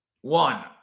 One